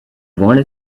wanted